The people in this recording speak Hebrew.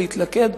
להתלכד,